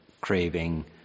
craving